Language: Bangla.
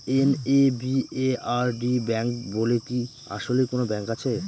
এন.এ.বি.এ.আর.ডি ব্যাংক বলে কি আসলেই কোনো ব্যাংক আছে?